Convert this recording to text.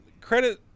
credit